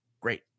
Great